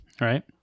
right